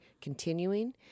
continuing